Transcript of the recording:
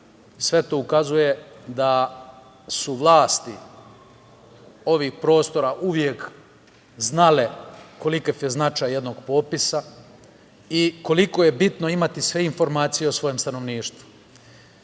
sve ukazuje da su vlasti ovih prostora uvek znale koliki je značaj jednog popisa i koliko je bitno imati sve informacije o svom stanovništvu.U